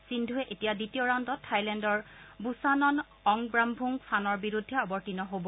সিন্ধুৰে এতিয়া দ্বিতীয় ৰাউণ্ডত থাইলেণ্ডৰ বুছানন অংবামুং ফানৰ বিৰুদ্ধে অৱতীৰ্ণ হ'ব